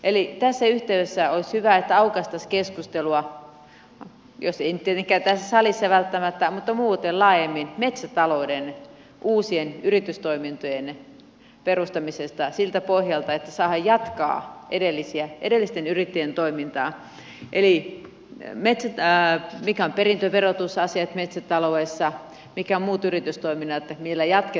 eli tässä yhteydessä olisi hyvä että aukaistaisiin keskustelua ei nyt tietenkään tässä salissa välttämättä mutta muuten laajemmin metsätalouden uusien yritystoimintojen perustamisesta siltä pohjalta että saadaan jatkaa edellisten yrittäjien toimintaa eli mitkä ovat perintöverotusasiat metsätaloudessa mitkä ovat muut yritystoiminnat millä jatketaan tätä toimintaa